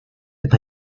with